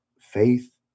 faith